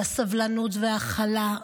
על הסבלנות וההכלה.